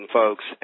folks